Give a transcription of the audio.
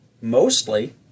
mostly